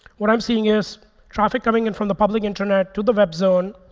what i'm seeing is traffic coming in from the public internet to the web zone,